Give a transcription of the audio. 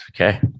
Okay